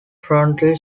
frontal